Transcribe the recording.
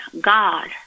God